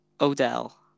O'Dell